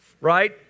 right